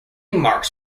marx